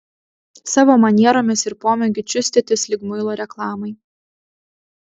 savo manieromis ir pomėgiu čiustytis lyg muilo reklamai